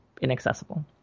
inaccessible